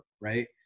right